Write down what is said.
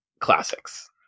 classics